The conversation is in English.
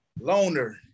loner